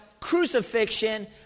crucifixion